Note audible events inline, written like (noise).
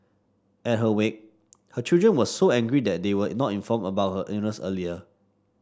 at her wake her children were so angry that they were (unintelligible) not informed about her illness earlier